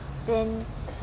but you were just an intern